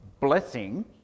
blessing